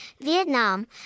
Vietnam